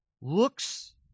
looks